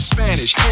Spanish